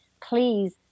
Please